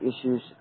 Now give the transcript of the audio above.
issues